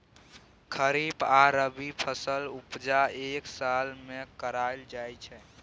खरीफ आ रबी फसलक उपजा एक साल मे कराएल जाइ छै